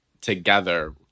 together